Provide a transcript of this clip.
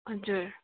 हजुर